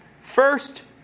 First